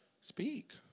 speak